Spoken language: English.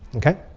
okay.